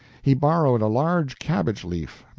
he borrowed a large cabbage-leaf,